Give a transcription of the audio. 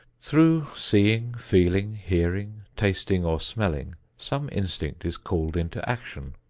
through seeing, feeling, hearing, tasting or smelling, some instinct is called into action.